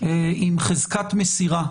עם חזקת מסירה.